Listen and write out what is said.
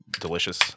delicious